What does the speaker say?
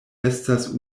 estas